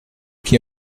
qui